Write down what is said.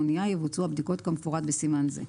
האנייה) יבוצעו הבדיקות כמפורט בסימן זה.